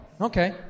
Okay